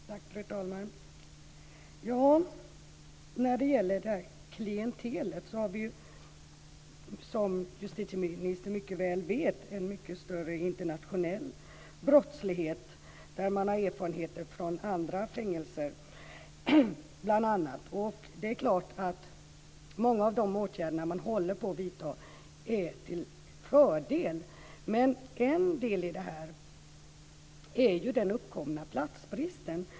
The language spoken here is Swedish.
Fru talman! När det gäller klientelet har vi, som justitieministern mycket väl vet, en mycket större internationell brottslighet. Man har erfarenheter från andra fängelser, bl.a. Det är klart att många av de åtgärder som håller på att vidtas är till fördel. Men en del i detta är den uppkomna platsbristen.